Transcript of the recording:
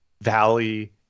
Valley